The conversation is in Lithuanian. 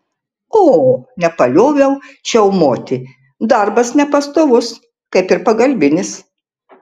o nepalioviau čiaumoti darbas nepastovus kaip ir pagalbinis